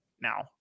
now